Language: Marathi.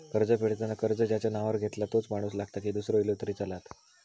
कर्ज फेडताना कर्ज ज्याच्या नावावर घेतला तोच माणूस लागता की दूसरो इलो तरी चलात?